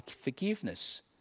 forgiveness